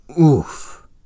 Oof